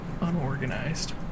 unorganized